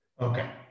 okay